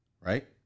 right